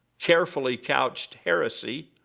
carefully couched heresy,